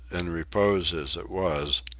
in repose as it was,